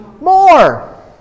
more